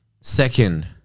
Second